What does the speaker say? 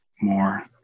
more